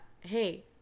hey